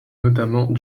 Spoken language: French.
notamment